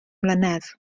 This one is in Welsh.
mlynedd